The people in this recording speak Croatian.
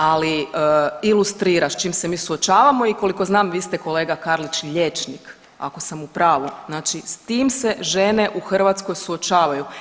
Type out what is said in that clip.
Ali ilustrira s čim se mi suočavamo i koliko znam vi ste kolega Karlić liječnik ako sam u pravu, znači s tim se žene u Hrvatskoj suočavaju.